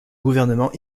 gouvernement